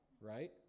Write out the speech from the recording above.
right